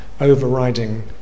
overriding